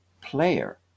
player